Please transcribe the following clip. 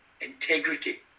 integrity